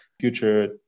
future